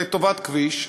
לטובת כביש,